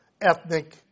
ethnic